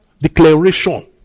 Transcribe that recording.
declaration